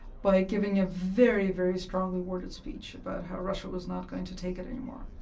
by giving a very, very strongly worded speech about how russia was not going to take it anymore.